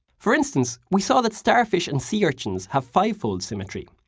for instance, we saw that starfish and sea urchins have five-fold symmetry.